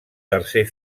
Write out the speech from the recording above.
tercer